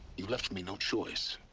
you left me no choice